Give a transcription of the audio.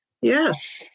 yes